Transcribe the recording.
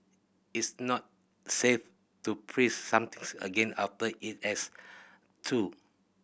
it's not safe to freeze somethings again after it has thawed